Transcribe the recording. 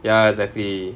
ya exactly